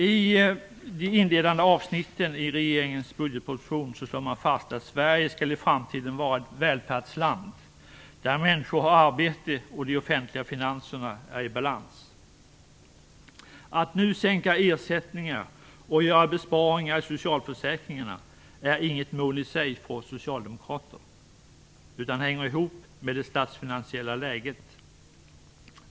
I de inledande avsnitten i regeringens budgetproposition slås det fast att Sverige i framtiden skall vara ett välfärdsland där människor har arbete och de offentliga finanserna är i balans. Att nu sänka ersättningar och göra besparingar i socialförsäkringarna är inget mål i sig för oss socialdemokrater, utan det hänger ihop med det statsfinansiella läget.